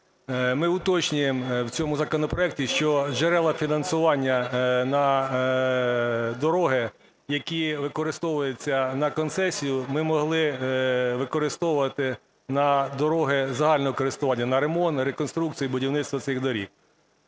ми уточнюємо в цьому законопроекті, що джерела фінансування на дороги, які використовуються на концесію, ми могли використовувати до дороги загального користування: на ремонт, реконструкцію, будівництво цих доріг.